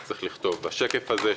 השקף הזה,